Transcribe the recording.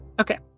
Okay